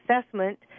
assessment